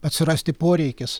atsirasti poreikis